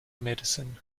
medicine